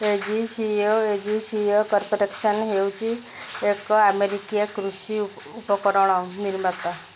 A G C O A G C O corporation ହେଉଛି ଏକ ଆମେରିକୀୟ କୃଷି ଉପକରଣ ନିର୍ମାତା